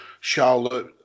Charlotte